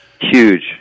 Huge